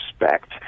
respect